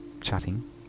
chatting